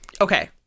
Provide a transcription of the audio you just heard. Okay